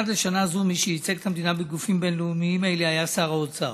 עד לשנה זו מי שייצג את המדינה בגופים בין-לאומיים אלה היה שר האוצר.